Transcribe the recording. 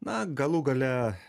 na galų gale